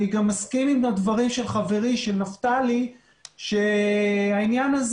אני גם מסכים עם הדברים של חברי נפתלי שהעניין הזה